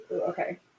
Okay